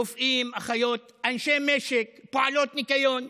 רופאים, אחיות, אנשי משק, פועלות ניקיון,